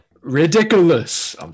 ridiculous